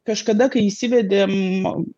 kažkada kai įsivedėm